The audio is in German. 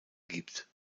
gibt